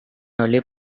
early